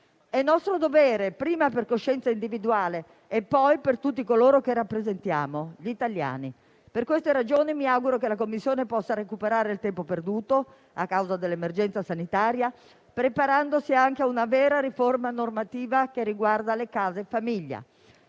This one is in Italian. approfondire, prima per coscienza individuale, poi per tutti coloro che rappresentiamo, gli italiani. Per queste ragioni, mi auguro che la Commissione possa recuperare il tempo perduto a causa dell'emergenza sanitaria, preparandosi anche a una vera riforma normativa che riguardi le case famiglia.